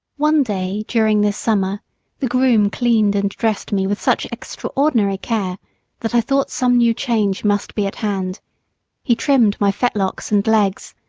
one day during this summer the groom cleaned and dressed me with such extraordinary care that i thought some new change must be at hand he trimmed my fetlocks and legs,